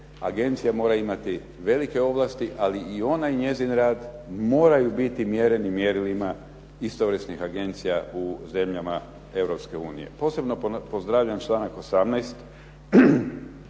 agencija mora imati velike ovlasti ali i ona i njezin rad moraju biti mjereni mjerilima istovrsnih agencija u zemljama Europske unije. Posebno pozdravljam članak 18.